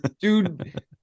Dude